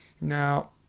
Now